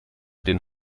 den